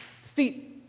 feet